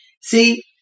See